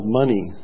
money